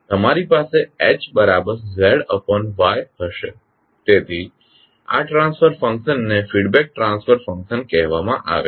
તમારી પાસે HZY હશે તેથી આ ટ્રાન્સફર ફંક્શનને ફીડબેક ટ્રાન્સફર ફંક્શન કહેવામાં આવે છે